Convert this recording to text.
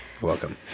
Welcome